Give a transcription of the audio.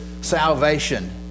salvation